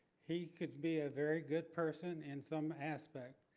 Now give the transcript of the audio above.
he could be a very good person in some aspect.